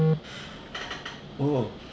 oh